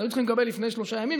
אז היו צריכים לקבל לפני שלושה ימים,